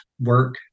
work